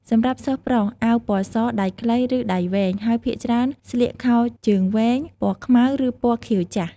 សម្រាប់សិស្សប្រុស អាវពណ៌ស ដៃខ្លី ឬដៃវែង ហើយភាគច្រើនស្លៀកខោជើងវែង ពណ៌ខ្មៅ ឬពណ៌ខៀវចាស់។